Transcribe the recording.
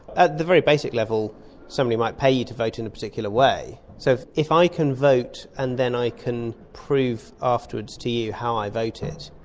at the very basic level somebody might pay you to vote in a particular way. so if i can vote and then i can prove afterwards to you how i voted,